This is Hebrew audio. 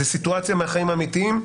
זאת סיטואציה מהחיים האמיתיים.